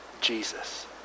Jesus